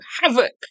havoc